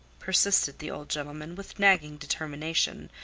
persisted the old gentleman, with nagging determination,